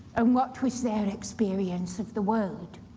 and what was their experience of the world.